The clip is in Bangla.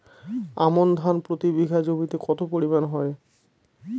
আমন ধান প্রতি বিঘা জমিতে কতো পরিমাণ হয়?